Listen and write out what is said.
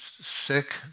sick